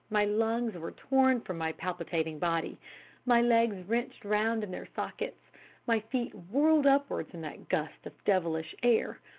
my lungs were torn from my palpitating body my legs wrenched round in their sockets my feet whirled upwards in that gust of devilish air.